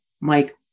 Mike